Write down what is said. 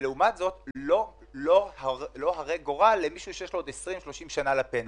והוא לא הרה גורל למישהו שיש לו עוד 20,30 שנה לפנסיה.